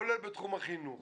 כולל בתחום החינוך.